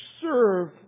serve